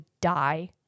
die